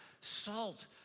salt